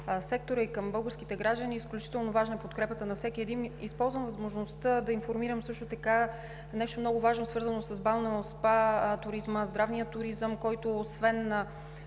сектора и към българските граждани. Изключително важна е подкрепата на всеки един. Използвам възможността да информирам също така за нещо много важно, свързано с балнео и спа туризма, здравния туризъм, който освен за